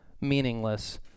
meaningless